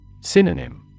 Synonym